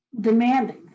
demanding